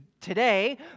today